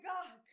God